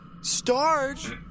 Starch